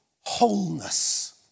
wholeness